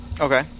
Okay